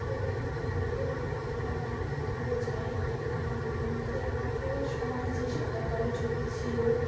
photography গুরুত্বপূর্ণ সময় বোঝাই কারণ যে আগেকার সময় যে সাদা কালো ছবি ছিল